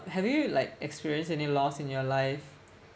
have you like experienced any loss in your life